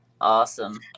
awesome